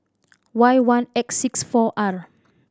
Y one X six four R